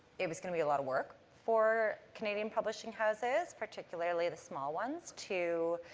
it was going to be a lot of work for canadian publishing houses, particularly the small ones, to